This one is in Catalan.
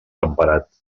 temperat